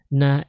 na